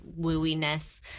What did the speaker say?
wooiness